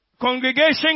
congregation